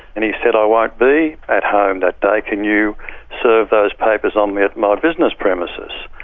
and he said, i won't be at home that day. can you serve those papers on me at my business premises?